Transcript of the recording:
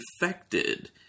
infected